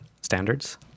standards